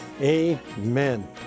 Amen